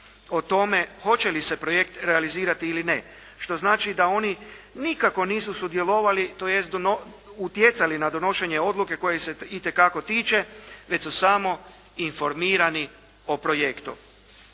o tome hoće li se projekt realizirati ili ne. Što znači da oni nikako nisu sudjelovali tj. utjecali na donošenje odluke koja ih se itekako tiče, već su samo informirani o projektu.